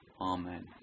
Amen